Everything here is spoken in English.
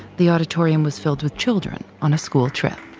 the auditorium was filled with children on a school trip